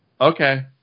Okay